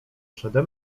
przede